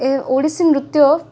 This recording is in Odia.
ଏ ଓଡ଼ିଶୀନୃତ୍ୟ